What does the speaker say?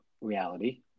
reality